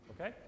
okay